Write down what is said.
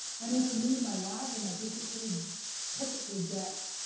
i know for me, my lives on my facebook page typically get